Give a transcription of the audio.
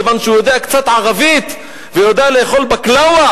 כיוון שהוא יודע קצת ערבית ויודע לאכול בקלאווה